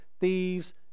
thieves